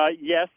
yes